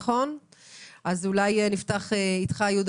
אולי נפתח איתך, יהודה.